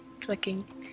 Clicking